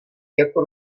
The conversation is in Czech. jako